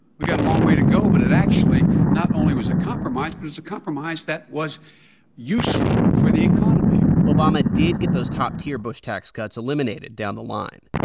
we've got a long way to go, but it actually not only was a compromise. it but was a compromise that was useful for the economy obama did get those top-tier bush tax cuts eliminated down the line.